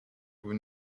vous